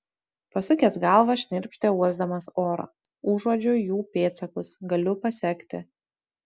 pasukęs galvą šnirpštė uosdamas orą užuodžiu jų pėdsakus galiu pasekti